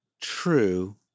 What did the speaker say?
true